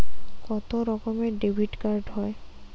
কত রকমের ডেবিটকার্ড হয়?